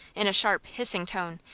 in a sharp, hissing tone,